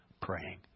praying